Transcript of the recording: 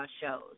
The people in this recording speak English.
shows